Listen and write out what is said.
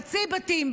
חצי בתים,